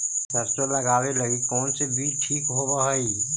सरसों लगावे लगी कौन से बीज ठीक होव हई?